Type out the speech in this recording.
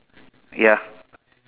ya